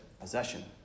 possession